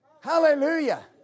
Hallelujah